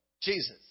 Jesus